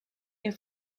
est